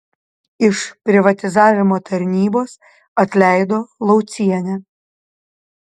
iš privatizavimo tarnybos atleido laucienę